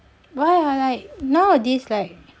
why ah like nowadays like